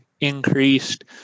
increased